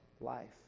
life